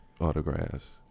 autographs